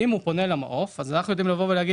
כשהוא פונה למעוף אנחנו יודעים לבוא ולהגיד